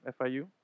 FIU